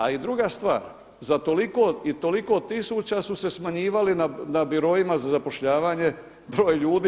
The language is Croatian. A i druga stvar, za toliko i toliko tisuća su se smanjivali na biroima za zapošljavanje broj ljudi.